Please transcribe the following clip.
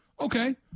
okay